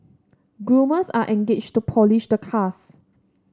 groomers are engaged to polish the cars